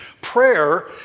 Prayer